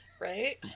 Right